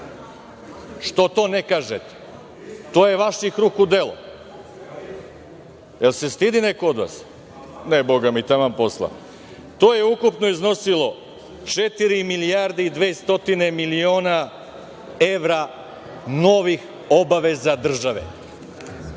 Što to ne kažete? To je vaših ruku delo. Da li se stidi neko od vas? Ne bogami, taman posla. To je ukupno iznosilo 4 milijarde i 200 miliona evra novih obaveza države.